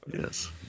yes